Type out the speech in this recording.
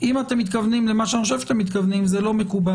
אם אתם מתכוונים למה שאני חושב שאתם מתכוונים זה לא מקובל.